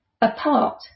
apart